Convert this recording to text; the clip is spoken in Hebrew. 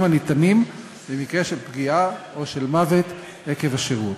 הניתנים במקרה של פגיעה או של מוות עקב השירות.